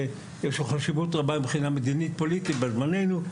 שיש לו חשיבות רבה מבחינה מדינית-פוליטית בת זמננו,